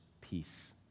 peace